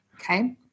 okay